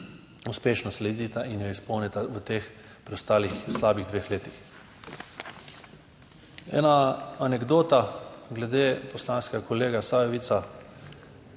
uspešno sledita in jo izpolnita v teh preostalih slabih dveh letih. Ena anekdota glede poslanskega kolega Sajovica,